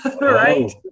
right